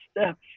steps